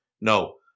no